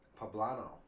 Poblano